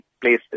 places